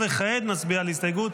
כעת נצביע על הסתייגות?